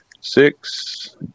Six